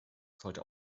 sollte